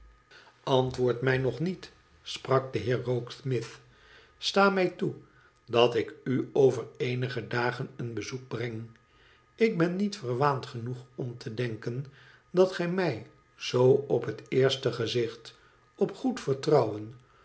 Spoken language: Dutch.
antwoord mij nog niet sprak de heer rokesmith tsta mij toe dat ik u over eenige dagen een bezoek breng ik ben niet verwaand genoeg om te denken dat gij mij zoo op het eerste gezicht op goed vertrouwen